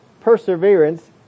perseverance